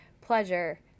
pleasure